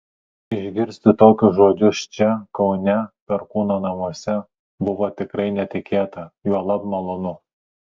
išgirsti tokius žodžius čia kaune perkūno namuose buvo tikrai netikėta juolab malonu